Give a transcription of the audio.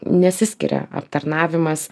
nesiskiria aptarnavimas